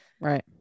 Right